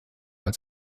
als